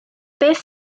beth